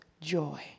joy